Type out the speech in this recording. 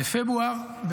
בפברואר,